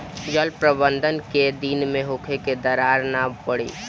जल प्रबंधन केय दिन में होखे कि दरार न पड़ी?